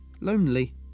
lonely